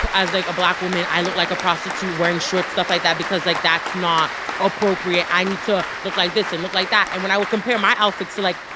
like, a black woman, i look like a prostitute wearing short stuff like that because, like, that's not appropriate. i need to look like this and look like that. and when i would compare my outfit to, like,